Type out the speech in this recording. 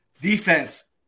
defense